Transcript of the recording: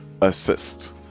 assist